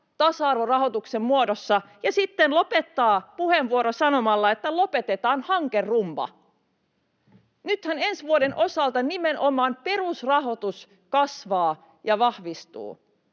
tasa-arvorahoituksen muodossa ja sitten lopettaa puheenvuoron sanomalla, että lopetetaan hankerumba! [Sari Multala pyytää vastauspuheenvuoroa] Nythän ensi vuoden osalta nimenomaan perusrahoitus kasvaa ja vahvistuu.